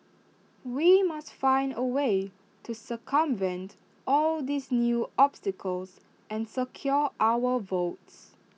we must find A way to circumvent all these new obstacles and secure our votes